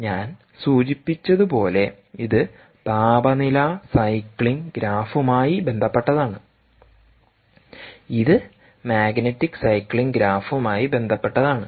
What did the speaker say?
ഞാൻ സൂചിപ്പിച്ചതുപോലെ ഇത് താപനില സൈക്ലിംഗ് ഗ്രാഫുമായിബന്ധപ്പെട്ടതാണ് ഇത് മാഗ്നറ്റിക് സൈക്ലിംഗ് ഗ്രാഫുമായിബന്ധപ്പെട്ടതാണ്